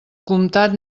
comtat